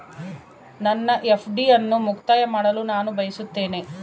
ನನ್ನ ಎಫ್.ಡಿ ಅನ್ನು ಮುಕ್ತಾಯ ಮಾಡಲು ನಾನು ಬಯಸುತ್ತೇನೆ